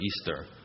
Easter